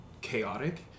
chaotic